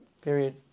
Period